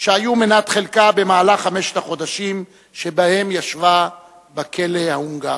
שהיו מנת חלקה במהלך חמשת החודשים שבהם ישבה בכלא ההונגרי.